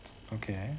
okay